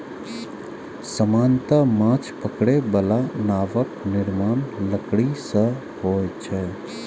सामान्यतः माछ पकड़ै बला नावक निर्माण लकड़ी सं होइ छै